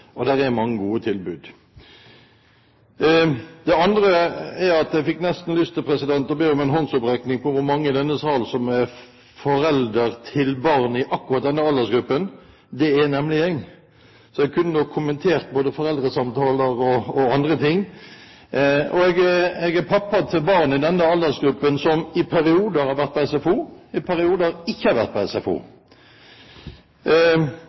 og det er mange gode tilbud. Det andre er at jeg fikk nesten lyst til å be om en håndsopprekning over hvor mange i denne sal som er foreldre til barn i akkurat denne aldersgruppen. Det er nemlig jeg, så jeg kunne kommentert både foreldresamtaler og andre ting. Jeg er pappa til barn i denne aldersgruppen som i perioder har vært på SFO, og i perioder ikke har vært på SFO.